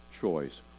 choice